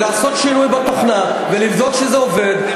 לעשות שינוי בתוכנה ולבדוק שזה עובד.